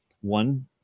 one